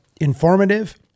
informative